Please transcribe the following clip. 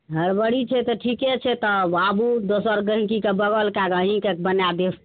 हरबरी छै तऽ ठीके छै तब आबू दोसर गहींकी के बगल कए कऽ अहींके बनय देब